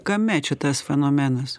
kame čia tas fenomenas